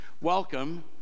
welcome